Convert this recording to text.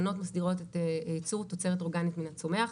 התקנות מסדירות את ייצור תוצרת אורגנית מן הצומח,